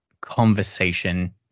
conversation